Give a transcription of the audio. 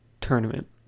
tournament